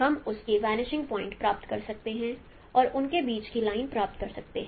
हम उनके vanishing point प्राप्त कर सकते हैं और उनके बीच की लाइन प्राप्त कर सकते हैं